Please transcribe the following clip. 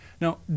Now